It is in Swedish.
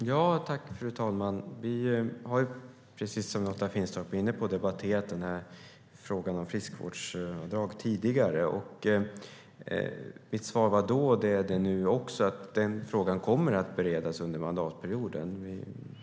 Fru talman! Precis som Lotta Finstorp är inne på har vi debatterat frågan om friskvårdsbidrag tidigare. Mitt svar var då och är också nu att frågan kommer att beredas under mandatperioden.